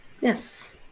Yes